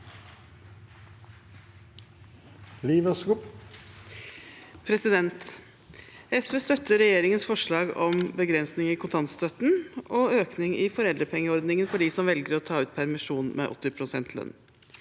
SV støtter regjeringens forslag om begrensning i kontantstøtten og økning i foreldrepengeordningen for dem som velger å ta ut permisjon med 80 pst. lønn.